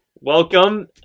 Welcome